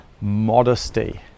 modesty